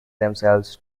themselves